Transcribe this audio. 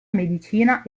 medicina